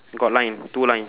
got line two line